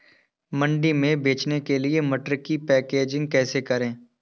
मंडी में बेचने के लिए मटर की पैकेजिंग कैसे करें?